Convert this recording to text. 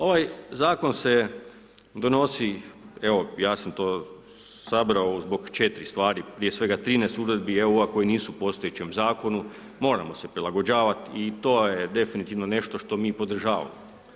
Ovaj Zakon se donosi, evo ja sam to sabrao zbog četiri stvari, prije svega 13 Uredbi, evo ova koja nisu u postojećem Zakonu, moramo se prilagođavati i to je definitivno nešto što mi podržavamo.